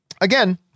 Again